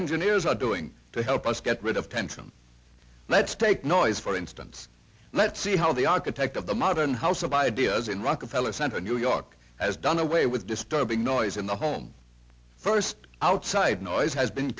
engineers are doing to help us get rid of tension let's take noise for instance let's see how the architect of the modern house of ideas in rockefeller center new york has done away with disturbing noise in the home first outside noise has been